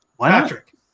Patrick